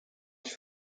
its